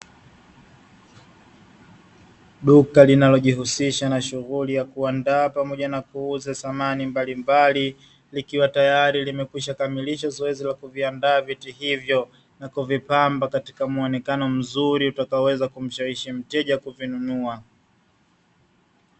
Duka linalojihusisha na shughuli ya na kuandaa pamoja kuuza samani mbalimbali, likiwa tayari limeshakamilisha zoezi la kuviandaa viti hivyo na kuvipamba katika muonekano mzuri utakaoweza kumshawishi mteja kuvinunua.